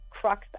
crux